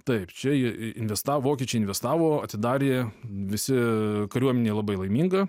taip čia jie investavo vokiečiai investavo atidarė visi kariuomenė labai laiminga